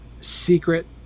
secret